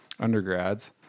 undergrads